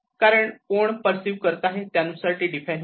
कारण कोण परसीव्ह करत आहे त्यानुसार ती डिफाइन होते